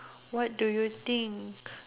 what do you think